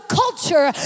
culture